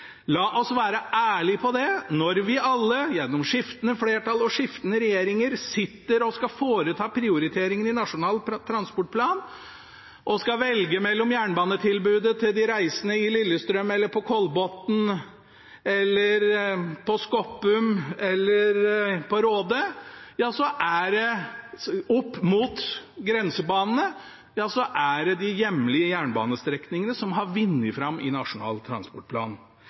La oss være ærlige på det. Når vi alle gjennom skiftende flertall og skiftende regjeringer har sittet og foretatt prioriteringer i Nasjonal transportplan og skal velge mellom jernbanetilbudet til de reisende i Lillestrøm og på Kolbotn eller på Skoppum eller på Råde – opp mot grensebanene – ja, så er det de hjemlige jernbanestrekningene som har vunnet fram i Nasjonal transportplan.